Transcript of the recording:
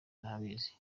ndabizi